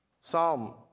Psalm